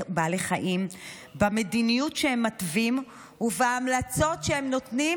בעלי חיים במדיניות שהם מתווים ובהמלצות שהם נותנים,